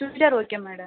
churidar okay madam